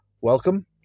Welcome